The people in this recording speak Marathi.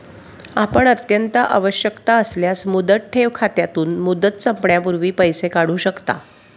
आपण अत्यंत आवश्यकता असल्यास मुदत ठेव खात्यातून, मुदत संपण्यापूर्वी पैसे काढू शकता